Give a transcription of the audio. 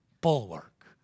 bulwark